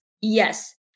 Yes